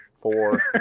four